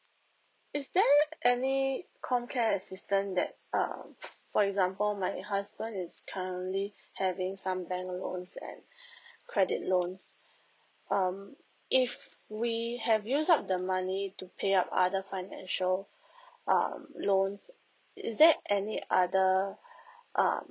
is there any comcare assistant that um for example my husband is currently having some bank loans and credit loans um if we have use up the money to pay up other financial um loans is there any other um